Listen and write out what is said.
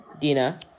Dina